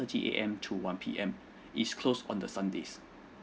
thirty A_M to one P_M is closed on the sundays